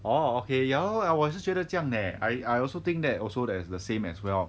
oh okay ya lor 我也是觉得这样 eh I I also think that also there is the same as well